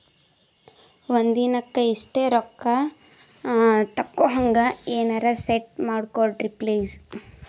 ಒಂದಿನಕ್ಕ ಇಷ್ಟೇ ರೊಕ್ಕ ತಕ್ಕೊಹಂಗ ಎನೆರೆ ಸೆಟ್ ಮಾಡಕೋಡ್ರಿ ಪ್ಲೀಜ್?